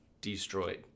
destroyed